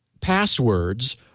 passwords